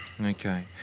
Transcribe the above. Okay